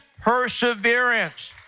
perseverance